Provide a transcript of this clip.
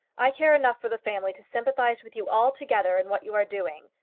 i care enough for the family to sympathise with you altogether in what you are doing,